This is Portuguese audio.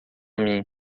mim